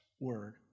word